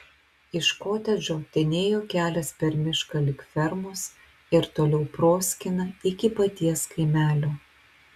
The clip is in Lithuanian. iš kotedžo ten ėjo kelias per mišką lig fermos ir toliau proskyna iki paties kaimelio